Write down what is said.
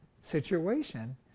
situation